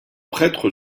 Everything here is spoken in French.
prêtre